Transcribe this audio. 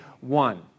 one